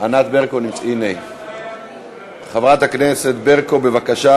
אם כן, בעד, 38,